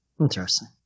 interesting